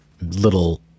little